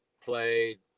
played